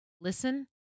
listen